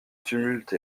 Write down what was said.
tumulte